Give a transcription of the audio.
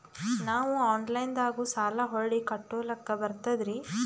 ನಾವು ಆನಲೈನದಾಗು ಸಾಲ ಹೊಳ್ಳಿ ಕಟ್ಕೋಲಕ್ಕ ಬರ್ತದ್ರಿ?